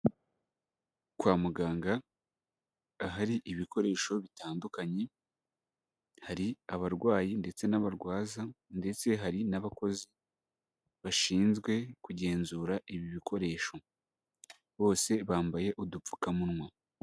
Kwa muganga, ahari ibikoresho bitandukanye, hari abarwayi ndetse n'abarwaza ndetse hari n'abakozi, bashinzwe kugenzura ibi bikoresho. Bose bambaye udupfukamunwa.